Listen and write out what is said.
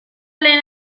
lehen